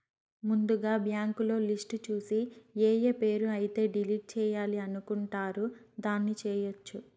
ముందుగా బ్యాంకులో లిస్టు చూసి ఏఏ పేరు అయితే డిలీట్ చేయాలి అనుకుంటారు దాన్ని చేయొచ్చు